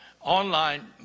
online